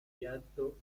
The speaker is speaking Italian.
piatto